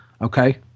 Okay